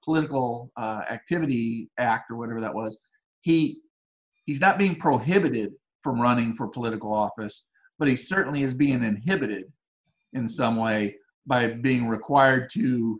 political activity act or whatever that was heat he's not being prohibited from running for political office but he certainly is being inhibited in some way by being required